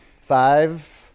five